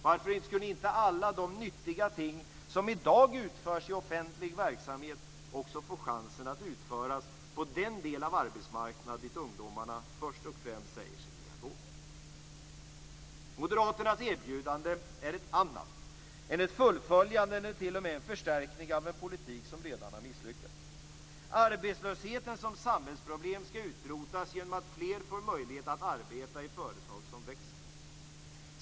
Varför skulle inte alla de nyttiga ting som i dag utförs i offentlig verksamhet också få chansen att utföras på den del av arbetsmarknaden dit ungdomarna först och främst säger sig vilja gå? Moderaternas erbjudande är ett annat än ett fullföljande eller t.o.m. en förstärkning av en politik som redan har misslyckats. Arbetslösheten som samhällsproblem skall utrotas genom att fler får möjlighet att arbeta i företag som växer.